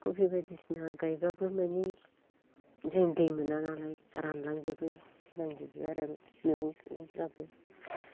खबि बायदिसिना गायब्लाबो माने जों दै मोना नालाय रानलांजोबो थैलांजोबो आरो मैगं थाइगंफ्राबो